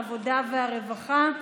העבודה והרווחה.